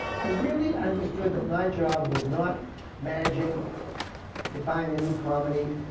i really understood that my job was not managing to find a new comedy,